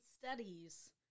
studies